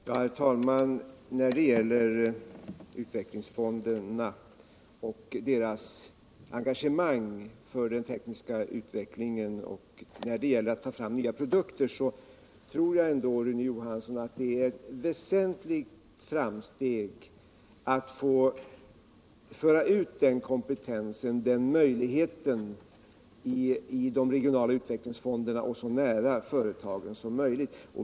Nr 56 Herr talman! De ökade möjligheter som utvecklingsfonderna erbjuder Lördagen den för den tekniska utvecklingen och möjligheterna att få fram nya produkter 17 december 1977 tror jag, Rune Johansson, utgör ett väsentligt framsteg. Det gäller att föra ut den kompetensen till de regionala utvecklingsfonderna och så De mindre och nära företagen som möjligt.